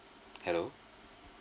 hello